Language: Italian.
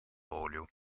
olio